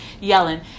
yelling